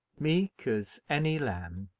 meek as any lamb,